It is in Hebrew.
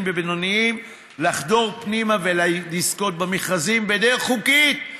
ובינוניים לחדור פנימה ולזכות במכרזים בדרך חוקית,